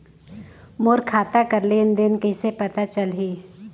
मोर खाता कर लेन देन कइसे पता चलही?